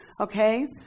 Okay